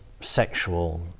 sexual